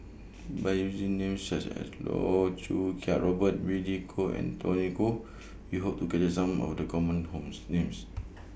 By using Names such as Loh Choo Kiat Robert Billy Koh and Tony Khoo We Hope to capture Some of The Common Homes Names